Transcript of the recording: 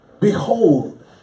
Behold